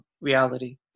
reality